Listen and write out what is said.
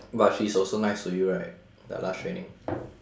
but she's also nice to you right the last training